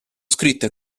scritte